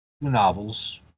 novels